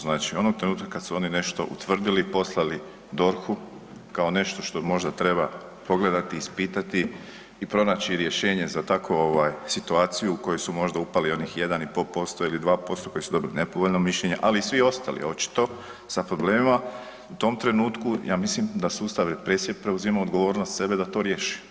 Znači onog trenutka kad su oni nešto utvrdili, poslali DORH-u, kao nešto što možda treba pogledati i ispitati i pronaći rješenje za takvu situaciju u kojoj su možda upali onih 1,5% ili 2% koji su dobili nepovoljna mišljenja ali i svi ostali očito sa problemima, u tom trenutku ja mislim da sustav represije preuzima odgovornost na sebe da to riješi.